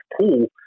pool